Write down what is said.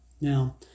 Now